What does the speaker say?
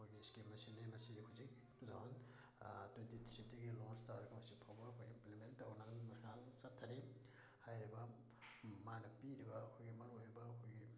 ꯑꯩꯈꯣꯏꯒꯤ ꯏꯁꯀꯤꯝ ꯑꯁꯤꯅꯤ ꯃꯁꯤ ꯍꯧꯖꯤꯛ ꯇꯨ ꯊꯥꯎꯖꯟ ꯇ꯭ꯋꯦꯟꯇꯤ ꯊ꯭ꯔꯤꯗꯒꯤ ꯂꯣꯟꯁ ꯇꯧꯔꯒ ꯍꯧꯖꯤꯛꯐꯥꯎꯕ ꯑꯩꯈꯣꯏꯒꯤ ꯏꯝꯄ꯭ꯂꯤꯃꯦꯟ ꯇꯧꯔꯒ ꯃꯈꯥ ꯆꯠꯊꯔꯤ ꯍꯥꯏꯔꯤꯕ ꯃꯥꯅ ꯄꯤꯔꯤꯕ ꯑꯩꯈꯣꯏꯒꯤ ꯃꯔꯨꯑꯣꯏꯕ ꯑꯩꯈꯣꯏꯒꯤ